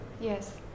Yes